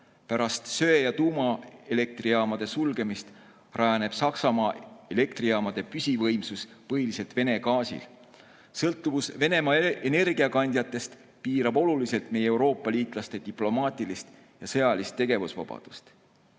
Pärast söe- ja tuumaelektrijaamade sulgemist rajaneb Saksamaa elektrijaamade püsivõimsus põhiliselt Vene gaasil. Sõltuvus Venemaa energiakandjatest piirab oluliselt meie Euroopa liitlaste diplomaatilist ja sõjalist tegevusvabadust.